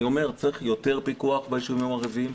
אני אומר שצריך יותר פיקוח ביישובים הערביים,